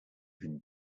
can